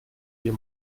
wir